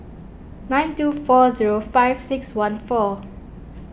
nine two four zero five six one four